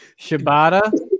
Shibata